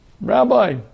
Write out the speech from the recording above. Rabbi